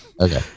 Okay